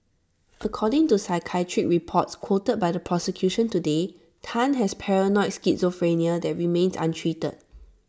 according to psychiatric reports quoted by the prosecution today Tan has paranoid schizophrenia that remains untreated